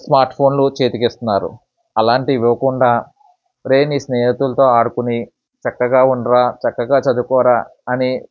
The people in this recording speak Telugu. స్మార్ట్ఫోన్లు చేతికి ఇస్తున్నారు అలాంటివి ఇవ్వకుండా రేయ్ నీ స్నేహితులుతో ఆడుకొని చక్కగా ఉండరా చక్కగా చదువుకోరా అని